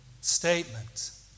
statement